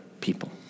people